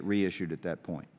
it reissued at that point